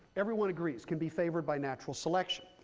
everyone agrees, can be favored by natural selection.